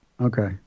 Okay